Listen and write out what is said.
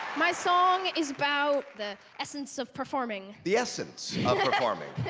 my song is about the essence of performing. the essence of performing?